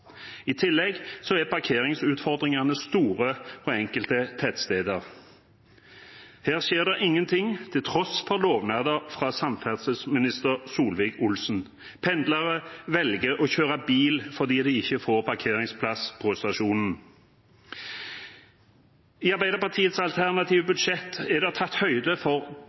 I tillegg er parkeringsutfordringene store på enkelte tettsteder. Her skjer det ingenting, til tross for lovnader fra samferdselsminister Solvik-Olsen. Pendlere velger å kjøre bil fordi de ikke får parkeringsplass på stasjonen. I Arbeiderpartiets alternative budsjett er det tatt høyde for